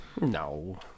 No